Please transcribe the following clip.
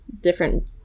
different